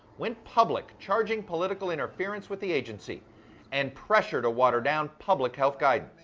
went public charging political interference with the agency and pressure to waterdown public health guidance.